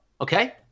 Okay